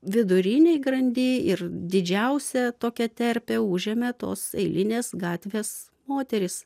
vidurinėj grandy ir didžiausią tokią terpę užėmė tos eilinės gatvės moterys